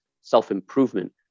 Self-improvement